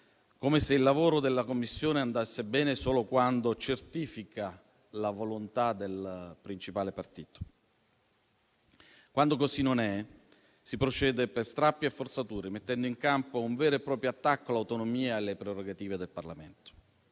come se il lavoro della Commissione andasse bene solo quando certifica la volontà del principale partito. Quando così non è, si procede per strappi e forzature, mettendo in campo un vero e proprio attacco all'autonomia e alle prerogative del Parlamento.